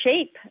shape